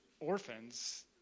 orphans